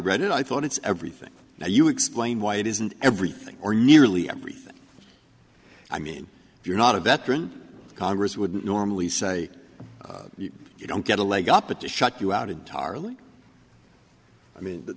read it i thought it's everything now you explain why it isn't everything or nearly everything i mean if you're not a veteran congress would normally say you don't get a leg up or to shut you out entirely i mean